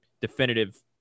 definitive